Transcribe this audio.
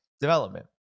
development